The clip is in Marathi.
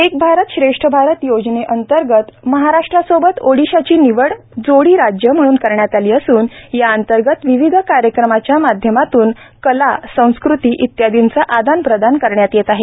एक भारत श्रेष्ठ भारत योजनेअंतर्गत महाराष्ट्रासोबत ओडिसाची निवड जोडी राज्य म्हणून करण्यात आली असून या अंतर्गत विविध कार्यक्रमांच्या माध्यमातून कला संस्कृती इत्यादींचा आदान प्रदान करण्यात येत आहे